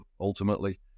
ultimately